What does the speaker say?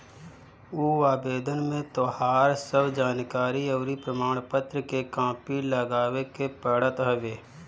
उ आवेदन में तोहार सब जानकरी अउरी प्रमाण पत्र के कॉपी लगावे के पड़त हवे